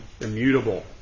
Immutable